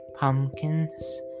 Pumpkins